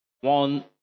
one